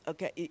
Okay